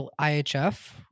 IHF –